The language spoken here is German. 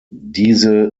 diese